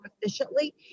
efficiently